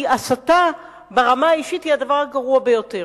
כי הסתה ברמה האישית היא הדבר הגרוע ביותר.